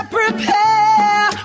prepare